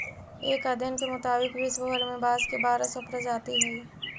एक अध्ययन के मुताबिक विश्व भर में बाँस के बारह सौ प्रजाति हइ